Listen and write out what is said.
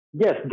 Yes